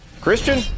Christian